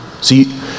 See